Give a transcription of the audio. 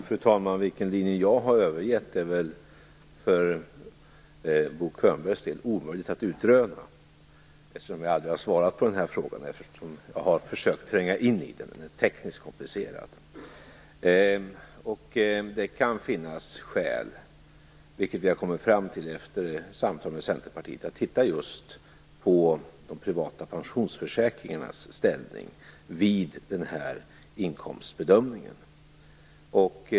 Fru talman! Vilken linje jag har övergett är det väl för Bo Könbergs del omöjligt att utröna. Jag har ju aldrig svarat på frågan. Jag har försökt att tränga in i den. Den är tekniskt komplicerad. Det kan finnas skäl, vilket vi efter samtal med Centerpartiet har kommit fram till, att titta just på de privata pensionsförsäkringarnas ställning vid den här inkomstbedömningen.